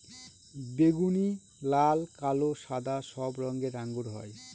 বেগুনি, লাল, কালো, সাদা সব রঙের আঙ্গুর হয়